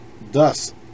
thus